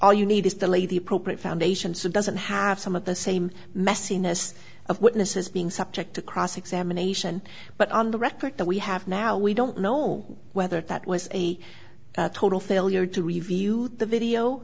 all you need is to lay the appropriate foundation so doesn't have some of the same messiness of witnesses being subject to cross examination but on the record that we have now we don't know whether that was a total failure to review the video